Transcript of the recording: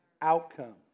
outcome